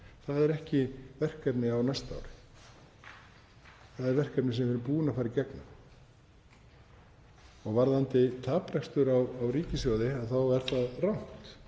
Það er ekki verkefni á næsta ári. Það er verkefni sem við erum búin að fara í gegnum. Varðandi taprekstur á ríkissjóði þá er það rangt.